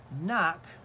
Knock